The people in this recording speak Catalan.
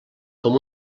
com